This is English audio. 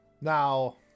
Now